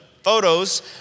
photos